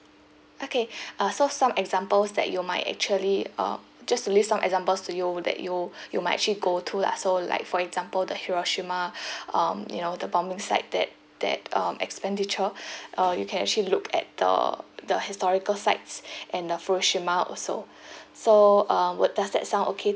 okay uh so some examples that you might actually uh just to leave some examples to you that you you might actually go to lah so like for example the hiroshima um you know the bombing site that that um expenditure uh you can actually look at the the historical sites and the furoshima also so um would does that sound okay